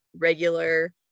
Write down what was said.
regular